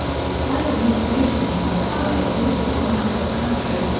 despite the motivation from coloring political maps of countries,